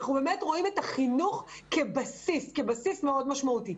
אנחנו רואים את החינוך כבסיס מאוד משמעותי.